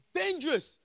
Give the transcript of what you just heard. dangerous